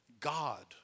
God